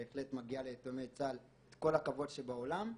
בהחלט מגיע ליתומי צה"ל את כל הכבוד שבעולם,